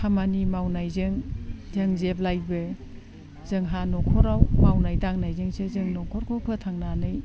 खामानि मावनायजों जों जेब्लायबो जोंहा न'खराव मावनाय दांनायजोंसो जों न'खरखौ फोथांनानै